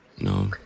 no